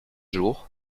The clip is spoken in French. jours